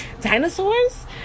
dinosaurs